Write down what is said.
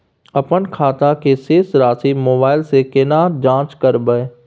अपन खाता के शेस राशि मोबाइल से केना जाँच करबै?